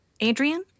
Adrian